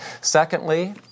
Secondly